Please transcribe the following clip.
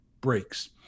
breaks